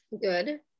Good